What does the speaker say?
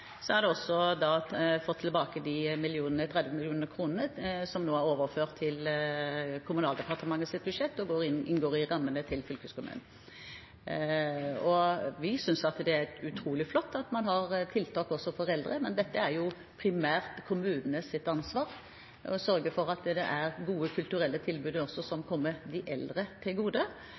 overført til Kommunal- og moderniseringsdepartementets budsjett og inngår i rammene til fylkeskommunen. Vi synes det er utrolig flott at man har tiltak også for eldre, men det er jo primært kommunenes ansvar å sørge for at det finnes gode kulturelle tilbud som kommer også de eldre til gode.